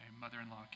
mother-in-law